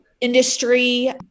industry